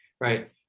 right